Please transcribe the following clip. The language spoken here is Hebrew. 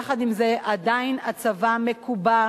יחד עם זה, עדיין הצבא מקובע